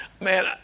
man